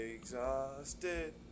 exhausted